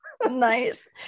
Nice